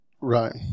right